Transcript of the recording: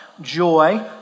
joy